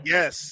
Yes